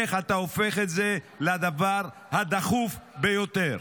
איך אתה הופך את זה לדבר הדחוף ביותר?